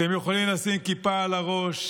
אתם יכולים לשים כיפה על הראש,